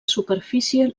superfície